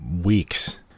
weeks